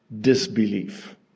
disbelief